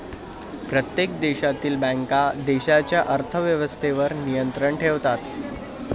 प्रत्येक देशातील बँका देशाच्या अर्थ व्यवस्थेवर नियंत्रण ठेवतात